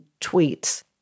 tweets